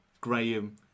Graham